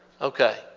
Okay